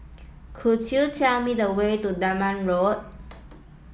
could you tell me the way to Denham Road